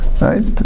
Right